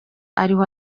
ariho